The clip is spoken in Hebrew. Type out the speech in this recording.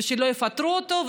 ושלא יפטרו אותו,